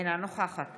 אינה נוכחת